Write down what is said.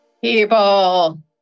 People